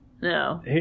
no